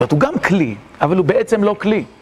זאת אומרת, הוא גם כלי, אבל הוא בעצם לא כלי.